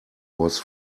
was